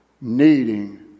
needing